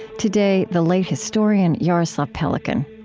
today, the late historian jaroslav pelikan.